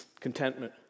Contentment